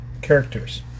characters